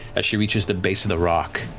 as she reaches the base of the rock,